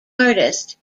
artist